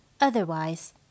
otherwise